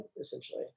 essentially